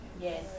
Yes